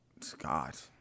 Scott